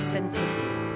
sensitive